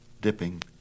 dipping